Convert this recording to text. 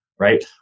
right